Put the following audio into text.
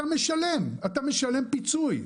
אתה משלם פיצוי.